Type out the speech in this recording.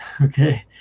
okay